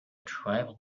tribal